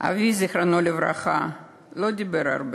לא דיבר הרבה,